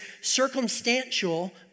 circumstantial